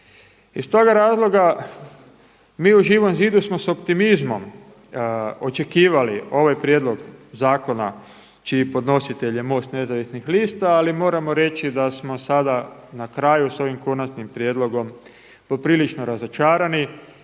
Iz toga razloga mi u Živom zidu smo s optimizmom očekivali ovaj prijedlog zakona čiji je podnositelj MOST Nezavisnih lista, ali moramo reći da smo sada na kraju s ovim konačnim prijedlogom poprilično razočarani